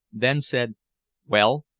then said well,